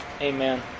Amen